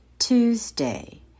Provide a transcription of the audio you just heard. Tuesday